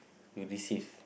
you've received